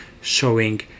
showing